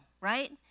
right